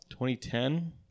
2010